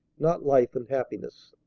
not life and happiness.